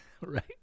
Right